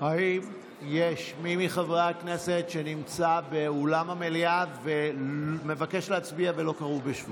האם מי מחברי הכנסת שנמצא באולם המליאה מבקש להצביע ולא קראו בשמו?